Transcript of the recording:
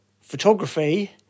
photography